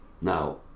Now